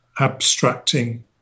abstracting